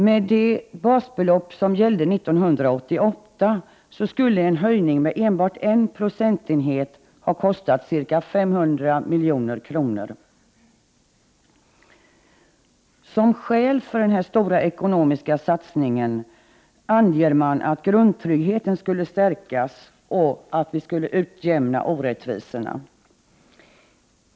Med det basbelopp som gällde 1988 skulle en höjning med enbart en procentenhet ha kostat ca 500 milj.kr. Som skäl för den här stora ekonomiska satsningen anges att grundtryggheten skulle stärkas och att vi skulle utjämna orättvisorna.